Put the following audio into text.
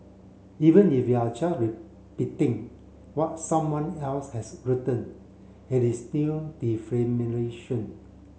even if you are just repeating what someone else has written it is still